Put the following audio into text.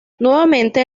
nuevamente